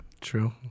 True